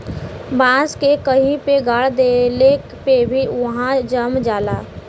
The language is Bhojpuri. बांस के कहीं पे गाड़ देले पे भी उहाँ जम जाला